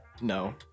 No